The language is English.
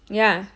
ya